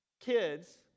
kids